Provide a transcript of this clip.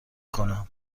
کنم